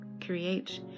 create